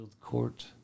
Court